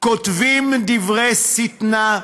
כותבים דברי שטנה,